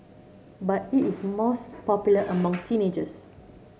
but it is most popular among teenagers